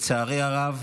לצערי הרב,